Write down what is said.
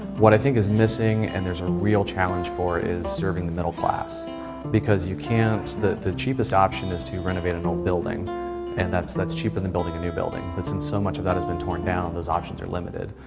what i think is missing, and there's a real challenge for, is serving the middle class because you can't the the cheapest option is to renovate an old building and that's that's cheaper than building a new building, but since so much of that has been torn down, thos options are limited.